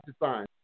design